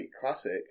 classic